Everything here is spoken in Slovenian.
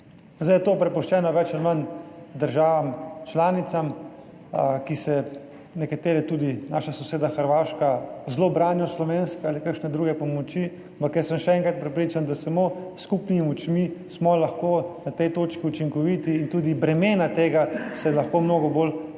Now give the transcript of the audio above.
Zdaj je to prepuščeno več ali manj državam članicam, ki se nekatere, tudi naša soseda Hrvaška, zelo branijo slovenske ali kakšne druge pomoči, ampak jaz sem še enkrat prepričan, da samo s skupnimi močmi smo lahko na tej točki učinkoviti in tudi bremena tega se lahko mnogo bolj